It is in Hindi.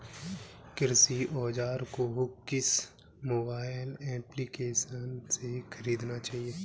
कृषि औज़ार को किस मोबाइल एप्पलीकेशन से ख़रीदना चाहिए?